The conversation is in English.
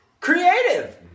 creative